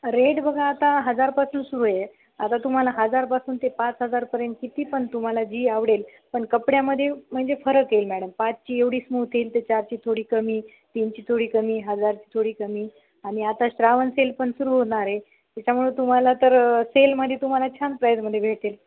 rate बघा आता हजारपासून सुरू आहे आता तुम्हाला हजारपासून ते पाच हजारपर्यंतची ती पण तुम्हाला जी आवडेल पण कपड्यामध्ये म्हणजे फरक येईल मॅडम पाचची एवढी स्मूथ येईल तर चारची थोडी कमी तीनची थोडी कमी हजारची थोडी कमी आणि आता श्रावण सेल पण सुरू होणार आहे त्याच्यामुळं तुम्हाला तर सेलमध्ये तुम्हाला छान प्राईजमध्ये भेटेल